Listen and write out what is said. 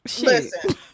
Listen